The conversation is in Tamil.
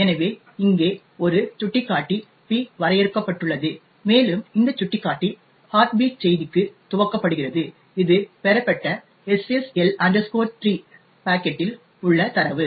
எனவே இங்கே ஒரு சுட்டிக்காட்டி p வரையறுக்கப்பட்டுள்ளது மேலும் இந்த சுட்டிக்காட்டி ஹார்ட் பீட் செய்திக்கு துவக்கப்படுகிறது இது பெறப்பட்ட SSL 3 பாக்கெட்டில் உள்ள தரவு